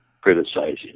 criticizing